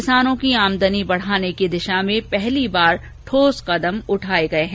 किसानों की आमदनी बढाने की दिशा में पहली बार ठोस कदम उठाये गये हैं